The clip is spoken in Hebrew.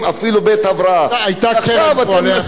עכשיו אתם נסוגותם מכל הדברים האלה, היום זה